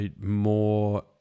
more